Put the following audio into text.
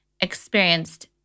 experienced